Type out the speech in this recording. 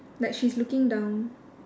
like she's looking down